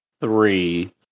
three